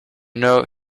know